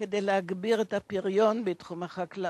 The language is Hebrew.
להגביר את הפריון בתחום החקלאות,